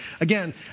again